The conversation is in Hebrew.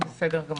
בסדר.